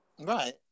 Right